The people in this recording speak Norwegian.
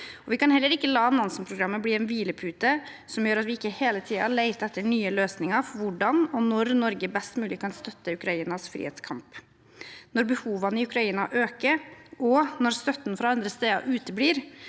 Vi kan heller ikke la Nansen-programmet bli en hvilepute som gjør at vi ikke hele tiden leter etter nye løsninger for hvordan og når Norge best mulig kan støtte Ukrainas frihetskamp. Når behovene i Ukraina øker, og når støtten fra andre steder uteblir,